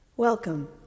Welcome